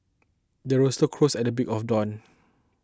the rooster crows at break of dawn